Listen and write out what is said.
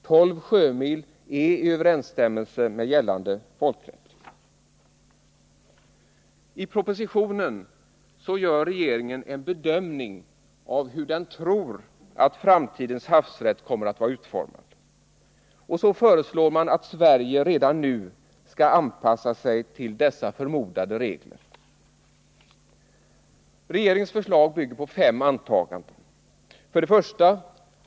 12 sjömil är i överensstämmelse med gällande folkrätt. I propositionen gör regeringen en bedömning av hur den tror att framtidens havsrätt kommer att vara utformad. Och så föreslår man att Sverige redan nu skall anpassa sig till dessa förmodade regler. Regeringens förslag bygger på fem antaganden: 1.